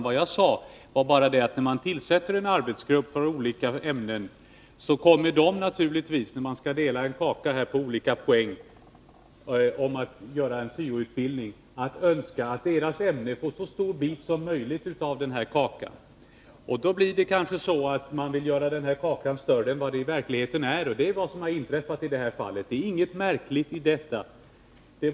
Vad jag sade var bara att när man tillsätter en arbetsgrupp med företrädare för olika ämnen som skall utforma en syo-utbildning, dela på en kaka poäng, kommer givetvis de att önska att deras ämnen får så stor bit som möjligt av denna kaka. Då vill de kanske göra kakan större än den i verkligheten är. Det är vad som har inträffat i detta fall, och det är ingenting märkligt i detta.